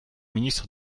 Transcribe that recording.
ministre